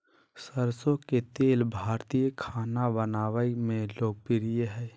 सरसो के तेल भारतीय खाना बनावय मे लोकप्रिय हइ